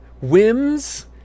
whims